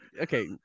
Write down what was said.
Okay